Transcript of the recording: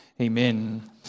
Amen